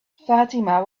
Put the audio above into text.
fatima